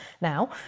now